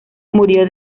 murió